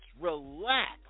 relax